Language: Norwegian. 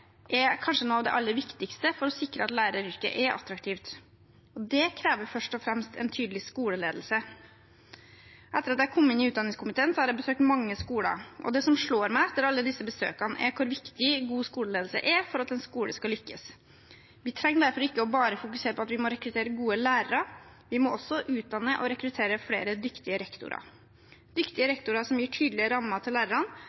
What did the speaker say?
er kanskje noe av det aller viktigste for å sikre at læreryrket er attraktivt. Det krever først og fremst en tydelig skoleledelse. Etter at jeg kom inn i utdanningskomiteen, har jeg besøkt mange skoler, og det som slår meg etter alle disse besøkene, er hvor viktig god skoleledelse er for at en skole skal lykkes. Vi trenger derfor ikke bare å fokusere på at vi må rekruttere gode lærere, vi må også utdanne og rekruttere flere dyktige rektorer – dyktige rektorer som gir tydelige rammer til lærerne,